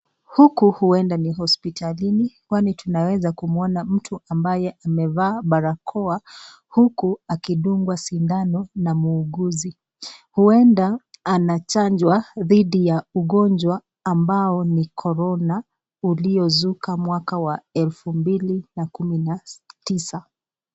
Huku huenda ni hospitalini kwani tunaweza kumuona mtu ambaye amevaa barakoa huku akidungwa sindano na muuguzi. Huenda anachanjwa dhidi ya ugonjwa ambao ni Corona uliozuka mwaka wa 2019.